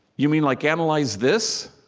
you mean like analyze this?